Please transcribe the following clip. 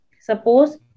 suppose